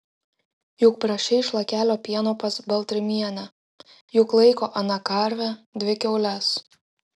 juk prašei šlakelio pieno pas baltrimienę juk laiko ana karvę dvi kiaules